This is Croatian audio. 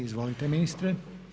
Izvolite ministre.